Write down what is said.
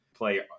Play